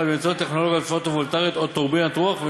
באמצעות טכנולוגיה פוטו-וולטאית או טורבינת רוח,